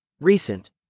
recent